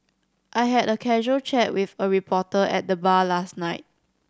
I had a casual chat with a reporter at the bar last night